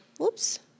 Oops